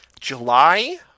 July